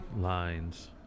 lines